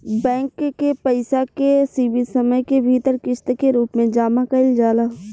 bank के पइसा के सीमित समय के भीतर किस्त के रूप में जामा कईल जाला